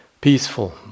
peaceful